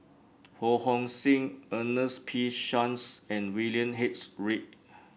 Ho Hong Sing Ernest P Shanks and William H Read